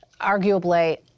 Arguably